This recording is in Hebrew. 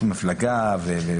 אלא מצד רשם המפלגות.